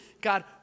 God